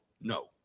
no